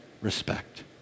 respect